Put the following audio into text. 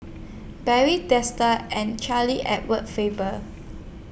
Barry Desker and Charles Edward Faber